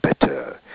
better